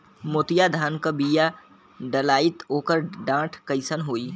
मोतिया धान क बिया डलाईत ओकर डाठ कइसन होइ?